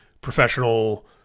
professional